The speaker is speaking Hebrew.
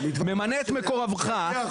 ממנה את מקרובך,